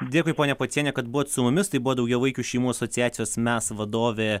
dėkui ponia pociene kad buvot su mumis tai buvo daugiavaikių šeimų asociacijos mes vadovė